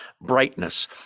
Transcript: brightness